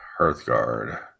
Hearthguard